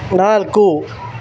ನಾಲ್ಕು